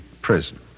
Prison